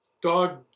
Dog